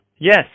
Yes